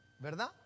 ¿Verdad